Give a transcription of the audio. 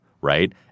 right